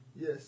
Yes